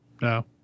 No